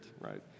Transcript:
right